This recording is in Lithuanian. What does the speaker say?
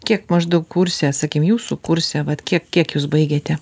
kiek maždaug kurse sakim jūsų kurse vat kiek kiek jūs baigėte